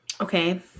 Okay